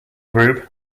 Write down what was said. group